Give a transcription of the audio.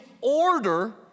order